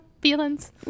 feelings